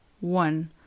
one